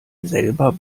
selber